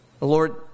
Lord